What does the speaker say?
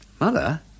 Mother